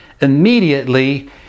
immediately